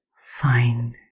fine